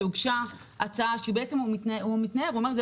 הוגשה הצעה שבעצם הוא מתנער ממנה והוא אומר שזאת